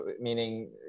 meaning